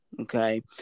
Okay